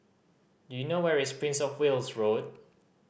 do you know where is Prince Of Wales Road